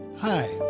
Hi